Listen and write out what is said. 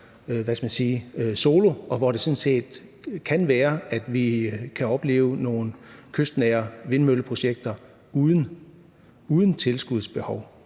og hvor det sådan set kan være, at vi kan opleve nogle kystnære vindmølleprojekter uden tilskudsbehov.